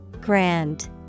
Grand